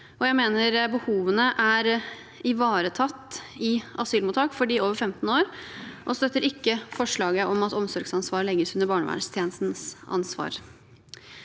behovene er ivaretatt i asylmottak for dem over 15 år, og støtter ikke forslaget om at omsorgsansvaret legges under barnevernstjenestens ansvar.